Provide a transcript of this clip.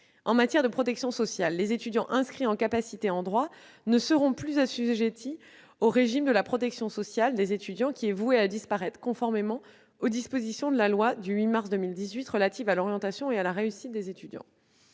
En matière de protection sociale, les étudiants inscrits en capacité en droit ne seront plus assujettis au régime de la protection sociale des étudiants, qui est voué à disparaître conformément aux dispositions de la loi du 8 mars 2018 relative à l'orientation et à la réussite des étudiants.